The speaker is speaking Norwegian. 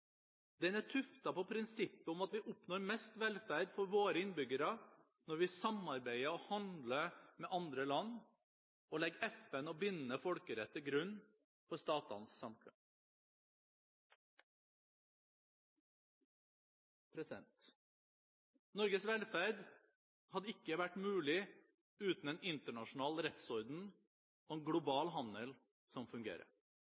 Den er tuftet på prinsippet om at vi oppnår mest velferd for våre innbyggere når vi samarbeider og handler med andre land og legger FN og bindende folkerett til grunn for statenes samkvem. Norges velferd hadde ikke vært mulig uten en internasjonal rettsorden og en global handel som fungerer.